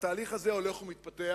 והתהליך הזה הולך ומתפתח.